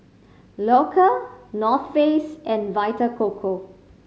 Loacker North Face and Vita Coco